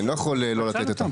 אני לא יכול לא לתת אותה.